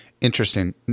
Interesting